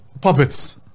puppets